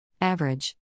Average